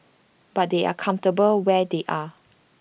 but they are comfortable where they are